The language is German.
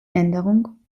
änderung